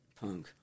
punk